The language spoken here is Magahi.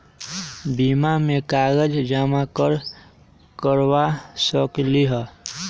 बीमा में कागज जमाकर करवा सकलीहल?